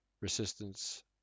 Resistance